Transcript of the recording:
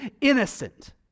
innocent